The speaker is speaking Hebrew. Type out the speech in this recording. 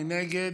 מי נגד?